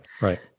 Right